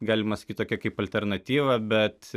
galima sakyt tokia kaip alternatyva bet